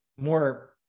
more